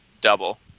double